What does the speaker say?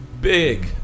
big